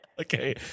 okay